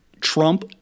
Trump